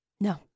No